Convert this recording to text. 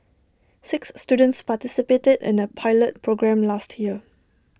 six students participated in A pilot programme last year